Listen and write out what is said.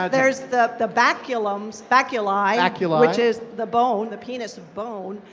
ah there's the the baculums, baculi. baculi. which is the bone, the penis bone.